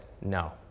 no